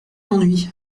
ennui